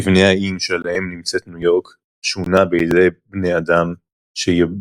מבנה האיים שעליהם נמצאת ניו יורק שונה בידי בני אדם שיבשו